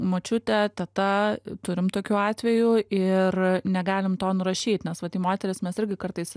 močiutė teta turim tokių atvejų ir negalim to nurašyt nes vat į moteris mes irgi kartais